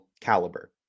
caliber